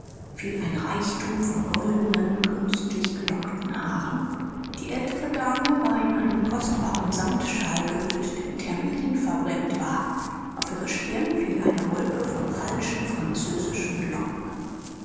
fiel ein reichtum von goldenen künstlich gelockten haaren die ältere dame war in einen kostbaren samtshawl gehüllt der mit hermelin verbrämt war auf ihre stirn fiel eine wolke von falschen französischen locken